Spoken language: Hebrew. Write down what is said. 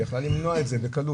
שהיא יכלה למנוע את זה בקלות,